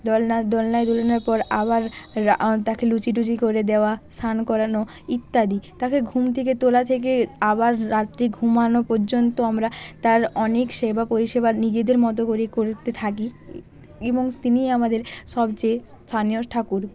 দোলনায় দোলনায় দোলানোর পর আবার রা তাকে লুচি টুচি করে দেওয়া স্নান করানো ইত্যাদি তাকে ঘুম থেকে তোলা থেকে আবার রাত্রে ঘুমানো পর্যন্ত আমরা তার অনেক সেবা পরিষেবা নিজেদের মতো করে করতে থাকি এবং তিনিই আমাদের সবচেয়ে স্থানীয় ঠাকুর